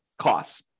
costs